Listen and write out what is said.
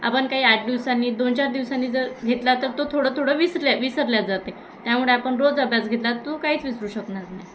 आपण काही आठ दिवसांनी दोन चार दिवसांनी जर घेतला तर तो थोडं थोडं विसरल्या विसरल्या जाते त्यामुळे आपण रोज अभ्यास घेतला तो काहीच विसरू शकणार नाही